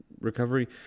recovery